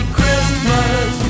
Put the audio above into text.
Christmas